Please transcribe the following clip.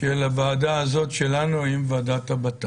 של הוועדה הזאת שלנו עם ועדת הבט"פ.